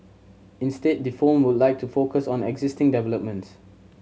instead the firm would like to focus on existing developments